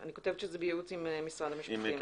אוקיי, אני כותבת שזה בייעוץ עם משרד המשפטים.